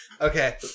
Okay